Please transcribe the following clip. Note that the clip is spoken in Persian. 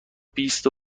بیست